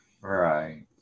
Right